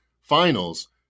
finals